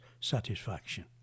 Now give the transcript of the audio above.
satisfaction